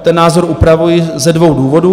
Ten názor upravuji ze dvou důvodů.